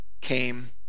came